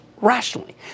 rationally